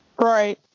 right